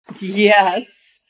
Yes